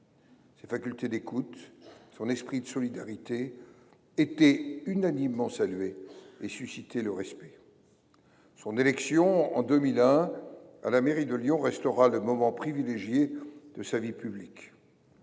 Ses facultés d’écoute, son esprit de solidarité étaient unanimement salués et suscitaient le respect. Son élection, en 2001, à la mairie de Lyon restera le moment privilégié de sa vie publique.